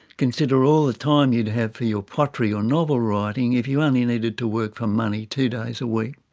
consider all the time you would have for your pottery or novel writing if you only needed to work for money two days a week.